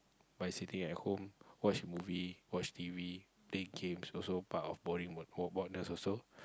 but sitting at home watch movie watch t_v play games also part of also